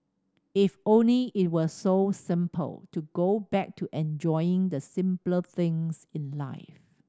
if only it were so simple to go back to enjoying the simpler things in life